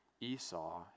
Esau